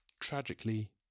tragically